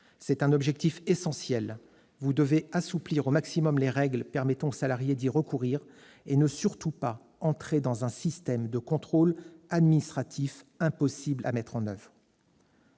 C'est un objectif essentiel : vous devez assouplir au maximum les règles permettant aux salariés d'y recourir et ne surtout pas entrer dans un système de contrôle administratif impossible à mettre en oeuvre.